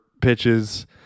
pitches